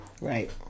Right